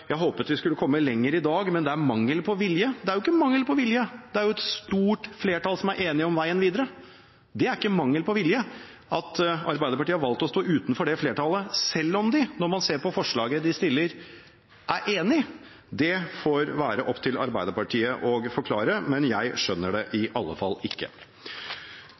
håpet vi skulle komme lenger i dag, men at det er mangel på vilje. Men det er ikke mangel på vilje. Det er et stort flertall som er enig om veien videre. Det er ikke mangel på vilje. At Arbeiderpartiet har valgt å stå utenfor det flertallet, selv om de – når man ser på forslaget de fremmer – er enig, det får være opp til Arbeiderpartiet å forklare. Jeg skjønner det